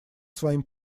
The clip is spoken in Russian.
своим